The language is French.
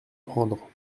prendre